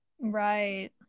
Right